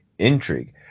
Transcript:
intrigue